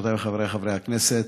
חברותיי וחבריי חברי הכנסת,